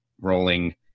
rolling